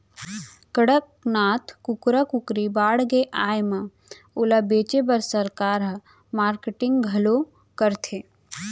कड़कनाथ कुकरा कुकरी बाड़गे आए म ओला बेचे बर सरकार ह मारकेटिंग घलौ करथे